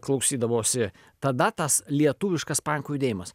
klausydavosi tada tas lietuviškas pankų judėjimas